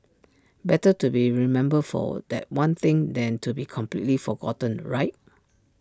better to be remembered for that one thing than to be completely forgotten right